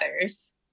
others